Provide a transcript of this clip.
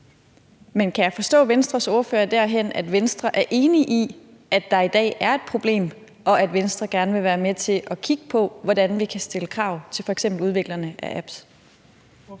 Men kan jeg forstå Venstres ordfører derhen, at Venstre er enige i, at der i dag er et problem, og at Venstre gerne vil være med til at kigge på, hvordan vi kan stille krav til f.eks. udviklerne af apps?